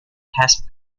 past